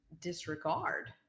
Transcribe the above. disregard